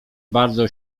bardzo